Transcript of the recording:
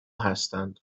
هستند